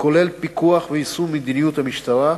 כולל פיקוח ויישום של מדיניות המשטרה,